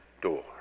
door